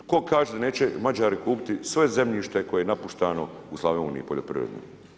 Tko kaže da neće Mađari kupiti sve zemljište koje je napušteno u Slavoniji, poljoprivredno?